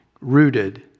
rooted